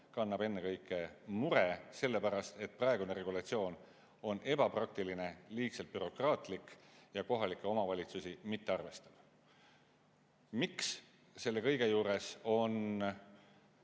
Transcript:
kannab ennekõike mure selle pärast, et praegune regulatsioon on ebapraktiline, liigselt bürokraatlik ja kohalikke omavalitsusi mitte arvestav. Miks selle kõige juures on